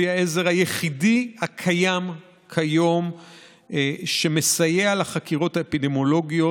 כלי העזר היחידי הקיים כיום שמסייע לחקירות האפידמיולוגיות.